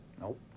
Nope